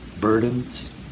Burdens